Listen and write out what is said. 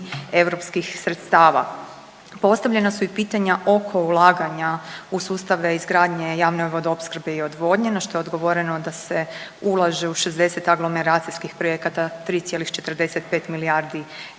europskih sredstava. Postavljena su i pitanja oko ulaganja u sustave izgradnje javne vodoopskrbe i odvodnje, na što je odgovoreno da se ulaže u 60 aglomeracijskih projekata, 3,45 milijardi